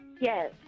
Yes